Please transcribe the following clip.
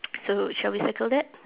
so shall we circle that